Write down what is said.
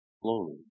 slowly